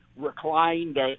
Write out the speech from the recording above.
reclined